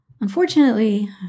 Unfortunately